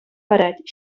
парать